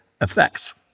effects